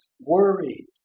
worried